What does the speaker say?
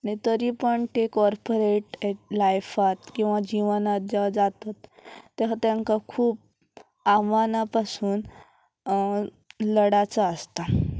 आनी तरी पण ते कॉर्पोरेट लायफांत किंवां जिवनांत जे जातात ते तेंकां खूब आव्हानां पासून लडाचा आसता